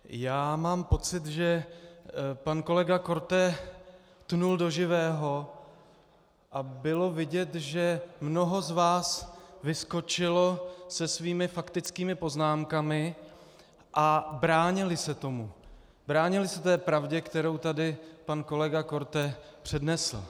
Já mám pocit, že pan kolega Korte tnul do živého, a bylo vidět, že mnoho z vás vyskočilo se svými faktickými poznámkami a bránili se tomu, bránili se té pravdě, kterou tady kolega Korte přednesl.